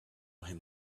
him